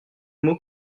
mots